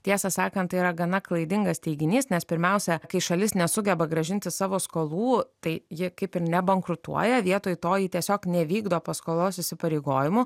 tiesą sakant tai yra gana klaidingas teiginys nes pirmiausia kai šalis nesugeba grąžinti savo skolų tai ji kaip ir nebankrutuoja vietoj to ji tiesiog nevykdo paskolos įsipareigojimų